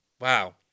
Wow